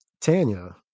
Tanya